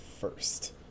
first